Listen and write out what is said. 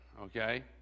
Okay